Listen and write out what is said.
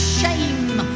shame